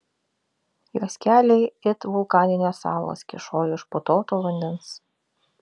jos keliai it vulkaninės salos kyšojo iš putoto vandens